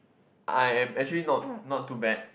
I am actually not not too bad